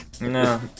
No